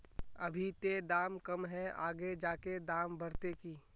अभी ते दाम कम है आगे जाके दाम बढ़ते की?